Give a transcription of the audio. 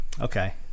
Okay